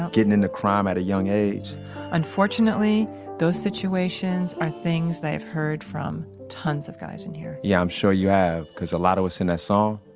getting into crime at a young age unfortunately, those situations are things that i've heard from tons of guys in here yeah, i'm sure you have, cause a lot of what's in that ah song,